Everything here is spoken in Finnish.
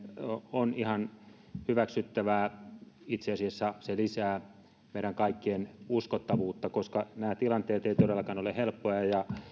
on ihan hyväksyttävää itse asiassa se lisää meidän kaikkien uskottavuutta koska nämä tilanteet eivät todellakaan ole helppoja ja